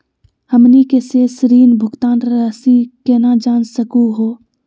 हमनी के शेष ऋण भुगतान रासी केना जान सकू हो?